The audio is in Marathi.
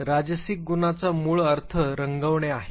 राजसिक गुणाचा मूळ अर्थ रंगविणे आहे